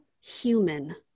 human